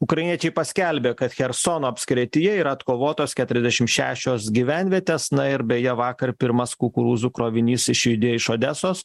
ukrainiečiai paskelbė kad chersono apskrityje yra atkovotos keturiasdešim šešios gyvenvietės na ir beje vakar pirmas kukurūzų krovinys išjudėjo iš odesos